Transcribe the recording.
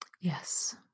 Yes